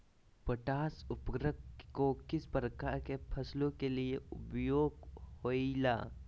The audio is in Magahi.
पोटास उर्वरक को किस प्रकार के फसलों के लिए उपयोग होईला?